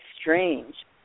strange